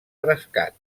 rescat